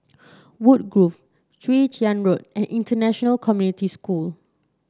Woodgrove Chwee Chian Road and International Community School